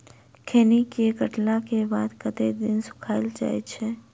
खैनी केँ काटला केँ बाद कतेक दिन सुखाइल जाय छैय?